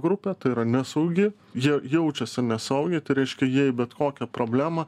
grupė tai yra nesaugi ji jaučiasi nesaugiai tai reiškia jie į bet kokią problemą